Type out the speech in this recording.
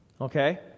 okay